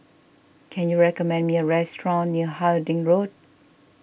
can you recommend me a restaurant near Harding Road